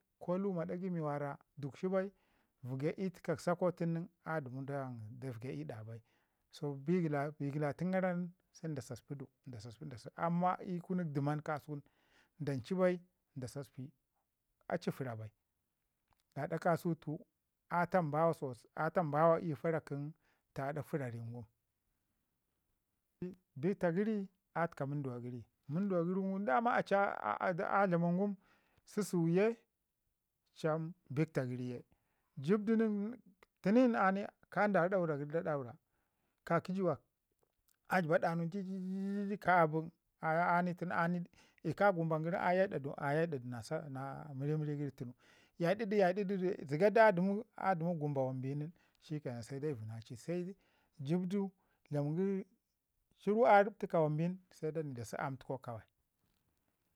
ko luma ɗagai mi wara dukshi bai vəgen i təka sakau tunu nin a dəmu da vəgi i ɗa bai. So bigila bigilatən garan se da saspidu da saspid da saspi, amma ii kunuk dəman ka sunu dan ci bai dan da saspi. A ci fəra bai, gaɗa kasau a tamba so a tambawa ii tak aɗa fərarin gu. Bi taa gəri a təka wunduwa gəri, wunduwa gəru daman a ci a dlamau ngum susau ye cham bik taa gəri ye, jəbdu nin tunin ka da daura gəri da daura ka ki juwak a jəba danau ka bin ani tunu ii ka a gumbam gərin ani a yaida du a yaidadu na saka na mirimiri gəri tunu yaididu yaididu zəgadu a dəmu gumba wan bi nin shikke nan se daivi na ci jəbdu dlamin gəri shiru a rap təka wan bin, see da ni da si aam təkau kawai.